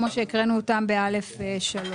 כמו שהקראנו אותם ב-(א3).